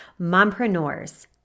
mompreneurs